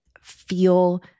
feel